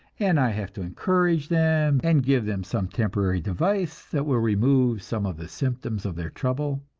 and i have to encourage them, and give them some temporary device that will remove some of the symptoms of their trouble.